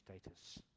status